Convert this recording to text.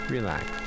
Relax